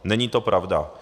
Není to pravda.